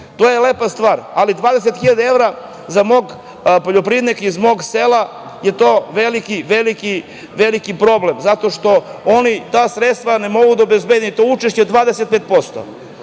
To je lepa stvar, ali 20.000 evra za mog poljoprivrednika iz mog sela je to veliki problem zato što oni ta sredstva ne mogu da obezbedim to učešće 25%.Zbog